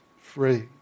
free